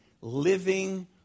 living